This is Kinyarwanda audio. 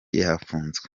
yafunzwe